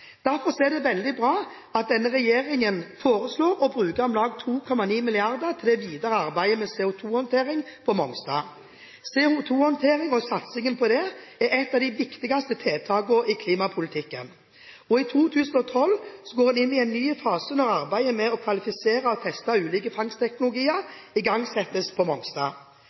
Derfor er det veldig bra at denne regjeringen foreslår å bruke om lag 2,9 mrd. kr i det videre arbeidet med CO2-håndtering på Mongstad. Satsing på CO2-håndtering er et av de viktigste tiltakene i klimapolitikken. I 2012 går en inn i en ny fase når arbeidet med å kvalifisere og teste ulike fangstteknologier igangsettes på Mongstad.